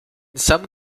some